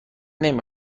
نمی